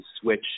switch